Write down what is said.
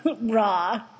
Raw